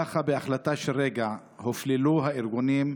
ככה, בהחלטה של רגע, הופללו הארגונים,